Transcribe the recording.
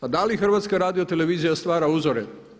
A da li HRT stvara uzore?